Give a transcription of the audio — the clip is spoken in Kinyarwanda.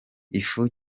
ifu